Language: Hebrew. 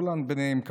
הולנד ביניהן,